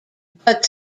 but